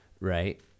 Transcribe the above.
right